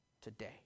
today